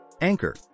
Anchor